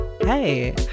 Hey